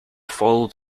followed